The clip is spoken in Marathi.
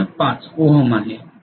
०5 ओहम आहे